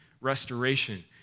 restoration